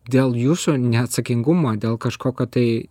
dėl jūsų neatsakingumo dėl kažkokio tai